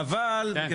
כן.